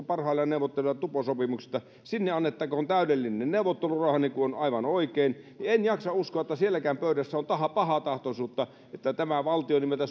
parhaillaan neuvottelevat tuposopimuksesta sinne annettakoon täydellinen neuvottelurauha niin kuin on aivan oikein ettei sielläkään pöydässä ole pahantahtoisuutta että tämä valtio nimeltä